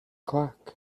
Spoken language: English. clock